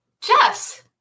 Jess